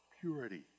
purity